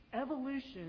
evolution